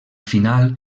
final